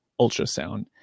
ultrasound